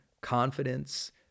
confidence